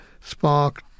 sparked